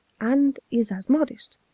and is as modest,